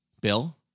Bill